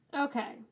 Okay